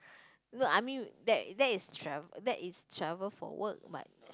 no I mean that that is travel for work but